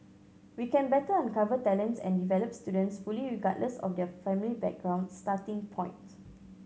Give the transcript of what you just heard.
we can better uncover talents and develop students fully regardless of their family background starting point